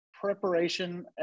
preparation